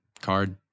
card